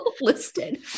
listed